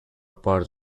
part